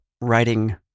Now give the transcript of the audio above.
writing